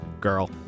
Girl